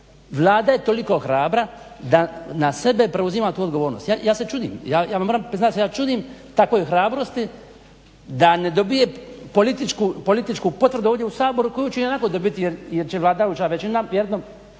Vlada je toliko hrabra da na sebe preuzima tu odgovornost. Ja se čudim, ja vam moram priznati da se ja čudim takvoj hrabrosti da ne dobije političku potvrdu ovdje u Saboru koju će ionako dobiti jer će vladajuća većina vjerojatno